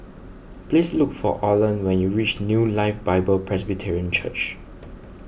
please look for Orland when you reach New Life Bible Presbyterian Church